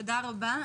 תודה רבה.